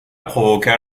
provoqua